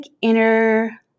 inner